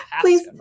please